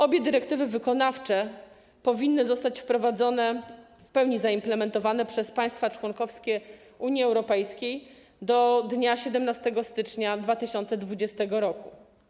Obie dyrektywy wykonawcze powinny zostać wprowadzone, w pełni zaimplementowane przez państwa członkowskie Unii Europejskiej do dnia 17 stycznia 2020 r.